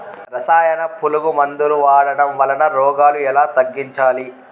రసాయన పులుగు మందులు వాడడం వలన రోగాలు ఎలా తగ్గించాలి?